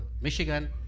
Michigan